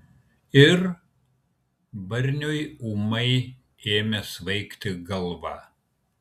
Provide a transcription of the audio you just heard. ir barniui ūmai ėmė svaigti galva